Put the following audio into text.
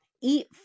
eat